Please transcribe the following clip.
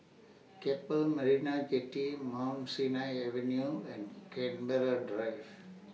Keppel Marina Jetty Mount Sinai Avenue and Canberra Drive